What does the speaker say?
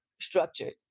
structured